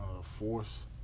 Force